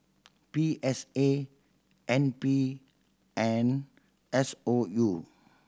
P S A N P and S O U